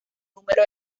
número